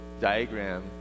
diagram